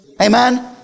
Amen